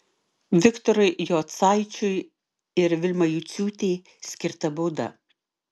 viktorui jocaičiui ir vilmai juciūtei skirta bauda